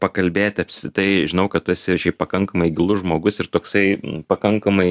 pakalbėti apsitai žinau kad tu esi šiaip pakankamai gilus žmogus ir toksai pakankamai